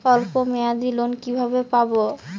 অল্প মেয়াদি লোন কিভাবে পাব?